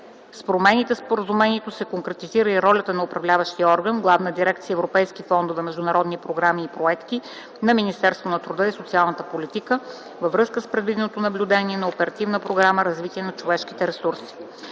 С промените в Споразумението се конкретизира и ролята на управляващия орган – Главна дирекция „Европейски фондове, международни програми и проекти” на Министерството на труда и социалната политика, във връзка с предвиденото наблюдение на Оперативна програма „Развитие на човешките ресурси”.